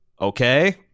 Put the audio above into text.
okay